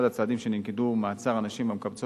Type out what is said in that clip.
אחד הצעדים שננקטו הוא מעצר הנשים המקבצות